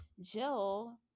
Jill